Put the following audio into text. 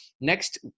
Next